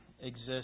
exist